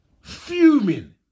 Fuming